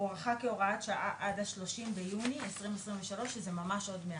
הוארכה כהוראת שעה עד ה-30 ביוני 2023 שזה ממש עוד מעט.